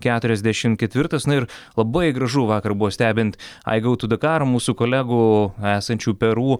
keturiasdešim ketvirtas na ir labai gražu vakar buvo stebint i go to dakar mūsų kolegų esančių peru